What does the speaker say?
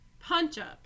Punch-Up